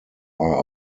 are